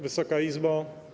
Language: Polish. Wysoka Izbo!